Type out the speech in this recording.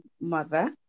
mother